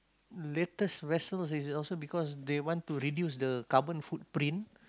latest vessels is also because they want to reduce the carbon footprint